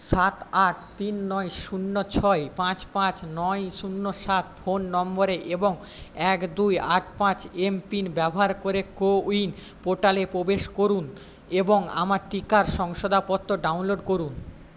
সাত আট তিন নয় শূন্য ছয় পাঁচ পাঁচ নয় শূন্য সাত ফোন নম্বরে এবং এক দুই আট পাঁচ এম পিন ব্যবহার করে কোউইন পোর্টালে প্রবেশ করুন এবং আমার টিকার শংসাপত্র ডাউনলোড করুন